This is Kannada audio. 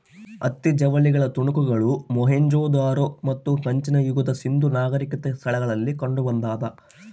ಹತ್ತಿ ಜವಳಿಗಳ ತುಣುಕುಗಳು ಮೊಹೆಂಜೊದಾರೋ ಮತ್ತು ಕಂಚಿನ ಯುಗದ ಸಿಂಧೂ ನಾಗರಿಕತೆ ಸ್ಥಳಗಳಲ್ಲಿ ಕಂಡುಬಂದಾದ